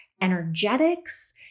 energetics